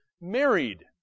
married